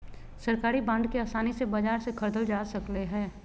सरकारी बांड के आसानी से बाजार से ख़रीदल जा सकले हें